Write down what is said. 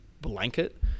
blanket